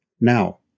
now